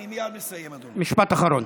משפט אחרון.